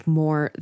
more